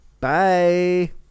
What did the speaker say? Bye